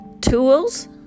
tools